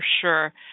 sure